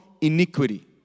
iniquity